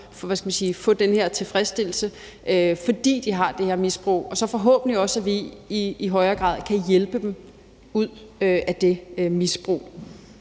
få den her tilfredsstillelse, fordi de har det her misbrug, og så vi forhåbentlig i højere grad kan hjælpe dem ud af det misbrug.